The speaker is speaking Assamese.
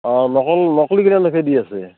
অঁ নকল নকলি কেইটা দেখে দি আছে